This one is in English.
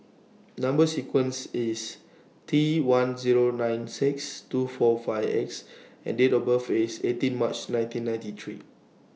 Number sequence IS T one Zero nine six two four five X and Date of birth IS eighteen March nineteen ninety three